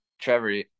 Trevor